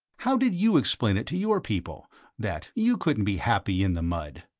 how did you explain it to your people that you couldn't be happy in the mud?